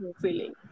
feeling